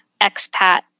expat